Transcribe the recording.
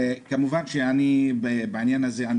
כמובן שאני תומך בעניין הזה.